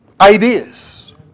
ideas